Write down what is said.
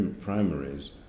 primaries